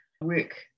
work